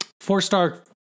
four-star